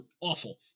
awful